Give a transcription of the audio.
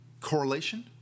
Correlation